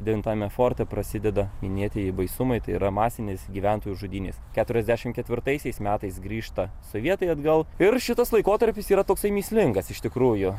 devintame forte prasideda minėtieji baisumai tai yra masinis gyventojų žudynės keturiasdešimt ketvirtaisiais metais grįžta sovietai atgal ir šitas laikotarpis yra toksai mįslingas iš tikrųjų